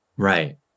Right